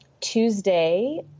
Tuesday